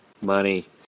Money